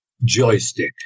Joystick